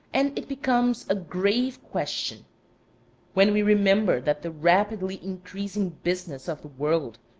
and it becomes a grave question when we remember that the rapidly increasing business of the world,